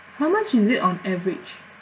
how much is it on average